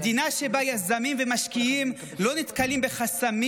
מדינה שבה יזמים ומשקיעים לא נתקלים בחסמים